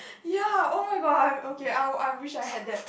ya oh-my-god I'm okay I'll I wish I had that